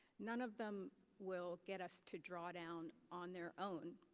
none of them will get us to draw down on their own.